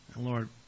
Lord